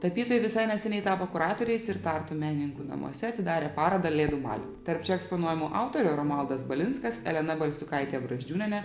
tapytojai visai neseniai tapo kuratoriais ir tartu menininkų namuose atidarė parodą lėdumal tarp čia eksponuojamų autorių romualdas balinskas elena balsiukaitė brazdžiūnienė